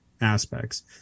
aspects